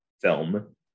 film